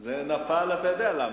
זה נפל, אתה יודע למה?